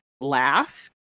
laugh